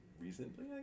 recently